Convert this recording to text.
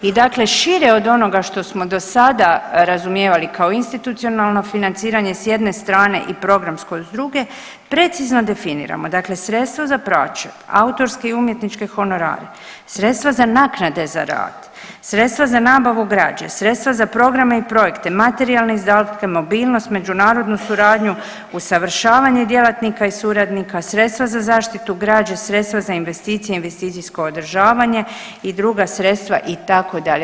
I dakle šire od onoga što smo do sada razumijevali kao institucionalno financiranje s jedne strane i programsko s druge, precizno definiramo, dakle sredstva za plaće, autorske i umjetničke honorare, sredstva za naknade za rad, sredstva za nabavu građe, sredstva za programe i projekte, materijalne izdatke, mobilnost, međunarodnu suradnju, usavršavanje djelatnika i suradnika, sredstva za zaštitu građe, sredstva za investicije i investicijsko održavanje i druga sredstva, itd.